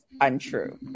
untrue